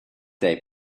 day